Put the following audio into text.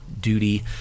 duty